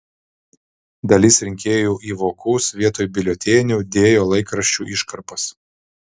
dalis rinkėjų į vokus vietoj biuletenių dėjo laikraščių iškarpas